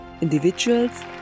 individuals